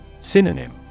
Synonym